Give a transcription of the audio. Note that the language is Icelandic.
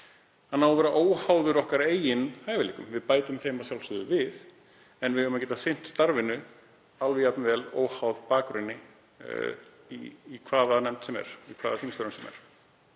þingi, á að vera óháður okkar eigin hæfileikum. Við bætum þeim að sjálfsögðu við. En við eigum að geta sinnt starfinu óháð bakgrunni, í hvaða nefnd sem er, í hvaða þingstörfum sem er.